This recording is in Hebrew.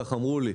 כך אמרו לי,